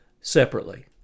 separately